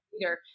leader